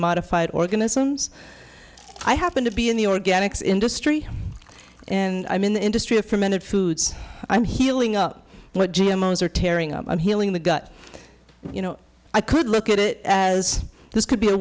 modified organisms i happen to be in the organics industry and i'm in the industry of fermented foods i'm healing up what g m owns are tearing up i'm healing the gut you know i could look at it as this could be a